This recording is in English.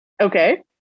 Okay